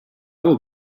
will